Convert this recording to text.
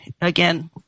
again